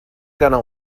gonna